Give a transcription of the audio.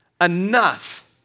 enough